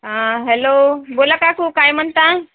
हां हॅलो बोला काकू काय म्हणता